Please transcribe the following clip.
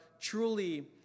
truly